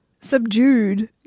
subdued